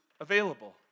available